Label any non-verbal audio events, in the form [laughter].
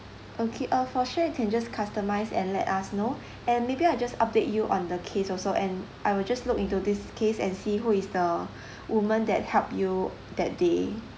okay uh for sure you can just customise and let us know and maybe I'll just update you on the case also and I will just look into this case and see who is the [breath] woman that helped you that day